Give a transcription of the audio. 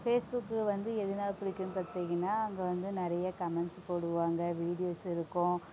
Facebook வந்து எதனால பிடிக்குன்னு பார்த்திங்கன்னா அங்கே வந்து நிறைய கமெண்ட்ஸ் போடுவாங்க வீடியோஸ் இருக்கும்